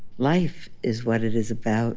life is what it is about